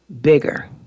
bigger